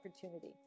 opportunity